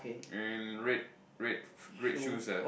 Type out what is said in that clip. and red red red shoes ah